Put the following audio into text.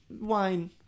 Wine